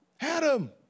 Adam